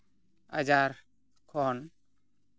ᱟᱡᱟᱨ ᱠᱷᱚᱱ